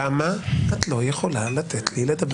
למה את לא יכולה לתת לי לדבר שתי דקות בלי הפרעה?